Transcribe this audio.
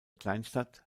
kleinstadt